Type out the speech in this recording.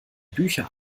bücher